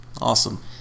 Awesome